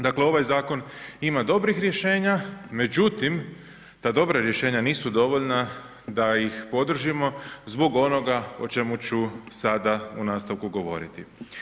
Dakle ovaj zakon ima dobrih rješenja međutim ta dobra rješenja nisu dovoljna da ih podržimo zbog onoga o čemu ću sada u nastavku govoriti.